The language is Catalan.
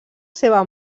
seva